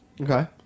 Okay